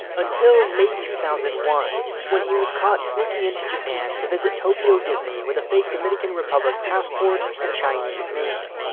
until may two thousand and one, when he was caught sneaking into japan to visit tokyo disney with a fake dominican republic passport and chinese name.